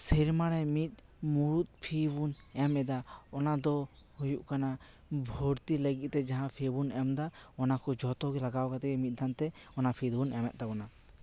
ᱥᱮᱨᱢᱟ ᱨᱮ ᱢᱤᱫ ᱢᱩᱲᱩᱫ ᱯᱷᱤ ᱵᱚᱱ ᱮᱢ ᱮᱫᱟ ᱚᱱᱟ ᱫᱚ ᱦᱩᱭᱩᱜ ᱠᱟᱱᱟ ᱵᱷᱚᱨᱛᱤ ᱞᱟᱹᱜᱤᱫ ᱛᱮ ᱡᱟᱦᱟᱸ ᱯᱷᱤ ᱵᱚᱱ ᱮᱢᱮᱫᱟ ᱚᱱᱟ ᱠᱚ ᱡᱚᱛᱚ ᱜᱮ ᱞᱟᱜᱟᱣ ᱠᱟᱛᱮ ᱜᱮ ᱢᱤᱫ ᱫᱷᱟᱱ ᱛᱮ ᱚᱱᱟ ᱯᱷᱤ ᱫᱚᱵᱚᱱ ᱮᱢᱮᱫ ᱛᱟᱵᱚᱱᱟ